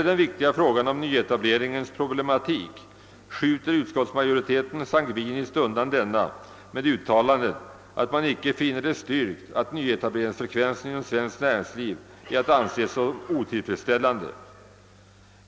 Den viktiga frågan om nyetableringens problematik skjuter utskottsmajoriteten sangviniskt undan med uttalandet att man icke finner det styrkt att nyetableringsfrekvensen inom svenskt näringsliv kan anses otillfredsställande.